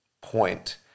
point